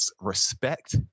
respect